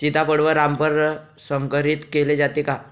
सीताफळ व रामफळ संकरित केले जाते का?